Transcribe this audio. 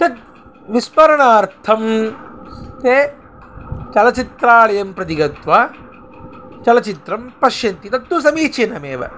तद् विस्मरणार्थं ते चलचित्रालयं प्रति गत्वा चलचित्रं पश्यन्ति तत्तु समीचीनमेव